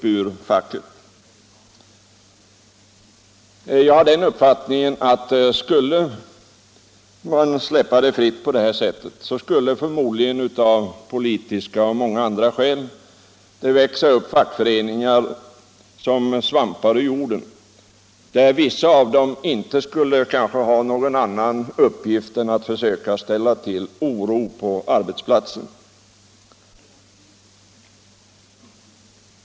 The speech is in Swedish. Jag har den uppfattningen att skulle man släppa allting fritt på det här sättet, skulle det förmodligen av politiska och många andra skäl växa upp fackföreningar som svampar ur jorden, och vissa av dem skulle kanske inte ha någon annan uppgift än att försöka ställa till oro på arbetsplatsen.